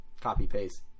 copy-paste